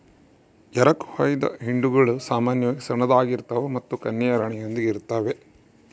ಎರಕಹೊಯ್ದ ಹಿಂಡುಗಳು ಸಾಮಾನ್ಯವಾಗಿ ಸಣ್ಣದಾಗಿರ್ತವೆ ಮತ್ತು ಕನ್ಯೆಯ ರಾಣಿಯೊಂದಿಗೆ ಇರುತ್ತವೆ